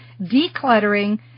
decluttering